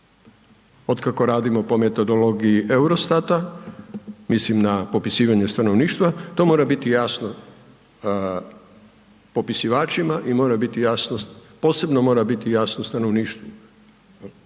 otkako radimo po metodologiji EUROSTAT-a, mislim na popisivanje stanovništva, to mora biti jasno popisivačima i mora biti jasno, posebno mora biti jasno stanovništvu.